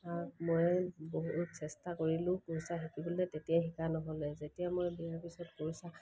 মই বহুত চেষ্টা কৰিলোঁ কুৰচা শিকিবলে তেতিয়াই শিকা নহ'লে যেতিয়া মই বিয়াৰ পিছত কুৰচা